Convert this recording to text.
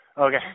Okay